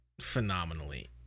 phenomenally